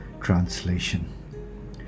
translation